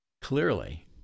clearly